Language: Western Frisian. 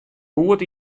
goed